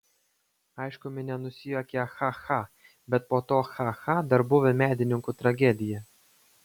aišku minia nusijuokė cha cha bet po to cha cha dar buvo medininkų tragedija